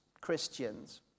Christians